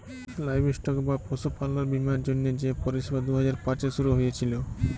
livestock বা পশুপাললের বীমার জ্যনহে যে পরিষেবা দু হাজার পাঁচে শুরু হঁইয়েছিল